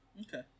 Okay